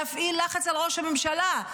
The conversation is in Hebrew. להפעיל לחץ על ראש הממשלה,